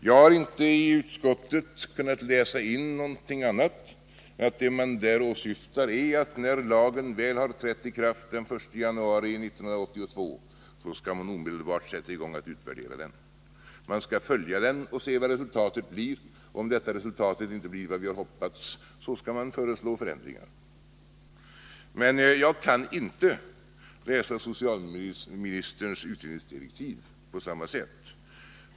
Jag har inte i utskottsbetänkandet kunnat läsa in något annat än att det man där åsyftar är att när lagen väl har trätt i kraft den 1 januari 1982 skall man omedelbart sätta i gång att utvärdera den. Man skall följa den och se vad resultatet blir. Om detta resultat inte blir vad vi har hoppats skall man föreslå förändringar. Men jag kan inte läsa socialministerns utredningsdirektiv på samma sätt.